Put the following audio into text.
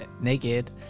naked